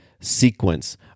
sequence